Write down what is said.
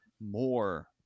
more